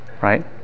Right